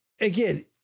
Again